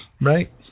Right